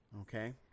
Okay